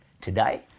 today